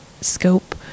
scope